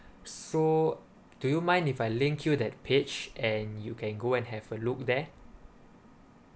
so do you mind if I link you that page and you can go and have a look there